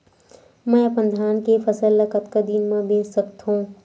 मैं अपन धान के फसल ल कतका दिन म बेच सकथो?